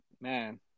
man